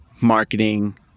marketing